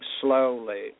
slowly